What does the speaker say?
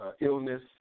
illness